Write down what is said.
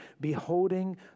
beholding